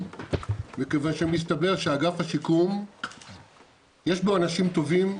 מכיוון שמסתבר שבאגף השיקום יש אנשים טובים,